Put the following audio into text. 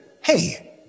hey